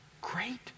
great